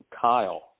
Kyle